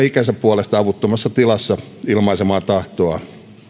ikänsä puolesta avuttomassa tilassa ilmaisemaan tahtoaan